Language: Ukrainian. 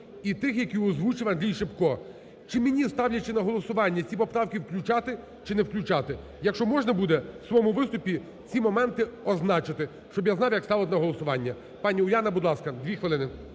і тих, які озвучив Андрій Шипко. Чи мені, ставлячи на голосування, ці поправки включати чи не включати? Якщо можна буде, у своєму виступі ці моменти означити, щоб я знав, як ставити на голосування? Пані Уляно, будь ласка, дві хвилини.